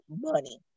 money